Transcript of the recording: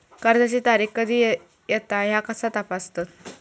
कर्जाची तारीख कधी येता ह्या कसा तपासतत?